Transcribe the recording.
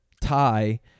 tie